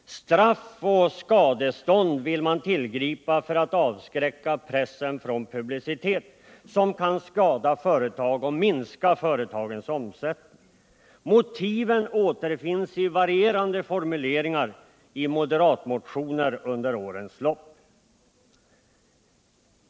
Straff och skadestånd vill man tillgripa för att avskräcka pressen från publicitet som kan skada företag och minska företagens omsättning. Motiven återfinns i varierande formuleringar i moderatmotioner under årens lopp.